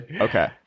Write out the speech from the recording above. okay